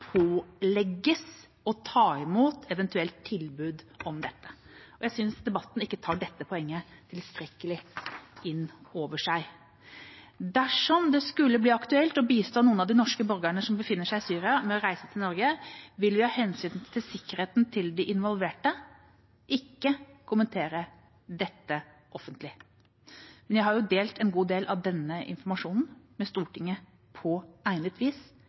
å ta imot et eventuelt tilbud om dette. Jeg synes debatten ikke tar dette poenget tilstrekkelig inn over seg. Dersom det skulle bli aktuelt å bistå noen av de norske borgerne som befinner seg i Syria med å reise til Norge, vil vi av hensyn av sikkerheten til de involverte ikke kommentere dette offentlig. Men jeg har jo delt en god del av denne informasjonen med Stortinget på egnet vis,